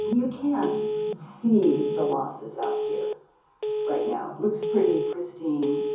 you can't see the losses out here right now. it looks pretty pristine.